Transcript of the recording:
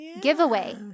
giveaway